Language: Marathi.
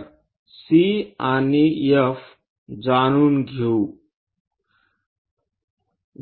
तर C आणि F जाणून